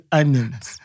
onions